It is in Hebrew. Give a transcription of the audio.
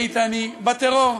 איתני בטרור.